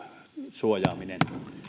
suojaaminen